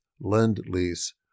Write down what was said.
Lend-Lease